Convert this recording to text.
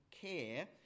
care